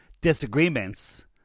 disagreements